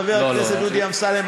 חבר הכנסת דודי אמסלם,